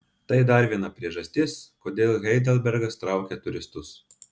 tai dar viena priežastis kodėl heidelbergas traukia turistus